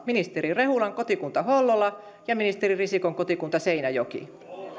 ministeri rehulan kotikunta hollola ja ministeri risikon kotikunta seinäjoki